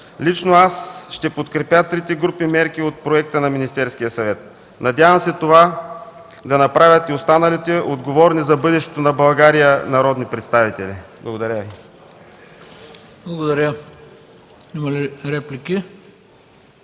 Лично аз ще подкрепя трите групи мерки от проекта на Министерския съвет. Надявам се това да направят и останалите отговорни за бъдещето на България народни представители. Благодаря Ви. ПРЕДСЕДАТЕЛ ХРИСТО